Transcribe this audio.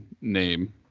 name